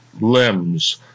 limbs